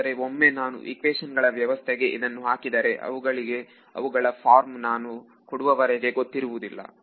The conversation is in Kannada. ಆದರೆ ಒಮ್ಮೆ ನಾನು ಇಕ್ವೇಶನ್ ಗಳ ವ್ಯವಸ್ಥೆಗೆ ಇದನ್ನು ಹಾಕಿದರೆ ಅವುಗಳಿಗೆ ಅವುಗಳ ಫಾರ್ಮ್ ನಾನು ಕೊಡುವವರಿಗೆ ಗೊತ್ತಿರುವುದಿಲ್ಲ